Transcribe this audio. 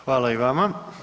Hvala i vama.